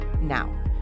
now